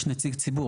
יש נציג ציבור.